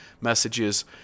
messages